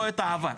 לא את העבר,